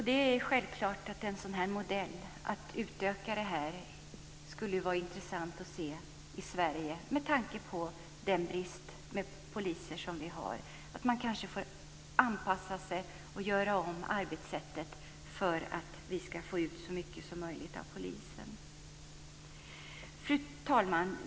Det är självklart en sådan här modell skulle vara intressant att se i Sverige, med tanke på den brist på poliser vi har. Kanske får man anpassa sig och göra om arbetssättet för att vi ska få ut så mycket som möjligt av polisen. Fru talman!